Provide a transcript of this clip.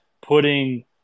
putting